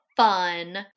Fun